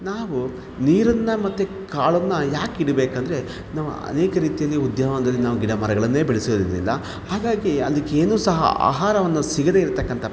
ನಾವು ನೀರನ್ನು ಮತ್ತೆ ಕಾಳನ್ನು ಯಾಕೆ ಇಡ್ಬೇಕೆಂದರೆ ನಾವ್ ಅನೇಕ ರೀತಿಯಲ್ಲಿ ಉದ್ಯಾನವನದಲ್ಲಿ ನಾವು ಗಿಡ ಮರಗಳನ್ನೇ ಬೆಳೆಸೋದರಿಂದ ಹಾಗಾಗಿ ಅದಕ್ಕೇನು ಸಹ ಆಹಾರವನ್ನು ಸಿಗದೇ ಇರ್ತಕ್ಕಂಥ